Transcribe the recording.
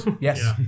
yes